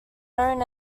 known